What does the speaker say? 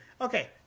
Okay